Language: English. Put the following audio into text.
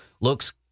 looks